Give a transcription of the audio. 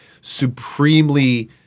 supremely